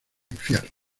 infierno